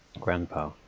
grandpa